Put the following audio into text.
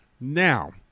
Now